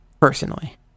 personally